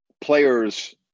players